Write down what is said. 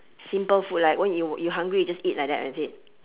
simple food like what you you hungry you just eat like that is it